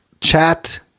chat